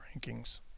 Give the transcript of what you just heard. rankings